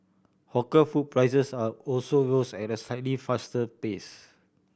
hawker food prices are also rose at a slightly faster pace